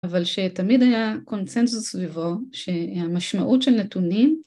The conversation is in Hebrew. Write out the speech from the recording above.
אבל שתמיד היה קונצנזוס סביבו שהמשמעות של נתונים